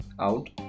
out